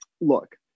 look